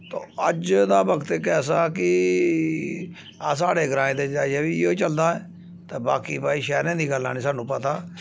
तो अज्ज दा वक्त इक ऐसा कि साढ़े ग्राएं ते अजें बी इय्यो चलदा ऐ ते बाकी भाई शैह्रें दी गल्लां नि सानू पता